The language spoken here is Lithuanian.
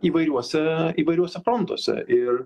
įvairiuose įvairiuose frontuose ir